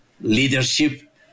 leadership